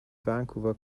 vancouver